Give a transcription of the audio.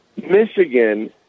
Michigan